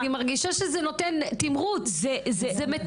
זה גם הופך להיות טריגר.